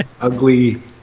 ugly